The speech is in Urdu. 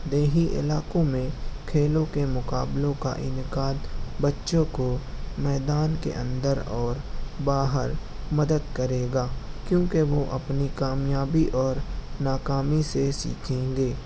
دیہی علاقوں میں کھیلوں کے مقابلوں کا انعقاد بچوں کو میدان کے اندر اور باہر مدد کرے گا کیوںکہ وہ اپنی کامیابی اور ناکامی سے سیکھیں گے